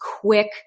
quick